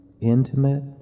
intimate